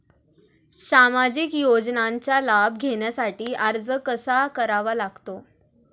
सामाजिक योजनांचा लाभ घेण्यासाठी अर्ज कसा करावा लागतो?